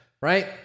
right